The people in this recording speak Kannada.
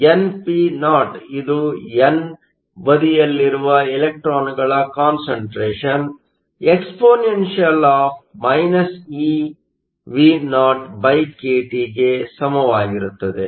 nno ಇದು ಎನ್ ಬದಿಯಲ್ಲಿರುವ ಇಲೆಕ್ಟ್ರಾನ್Electronಗಳ ಕಾನ್ಸಂಟ್ರೇಷನ್ exp eV0kTಗೆ ಸಮವಾಗಿರುತ್ತದೆ